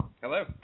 Hello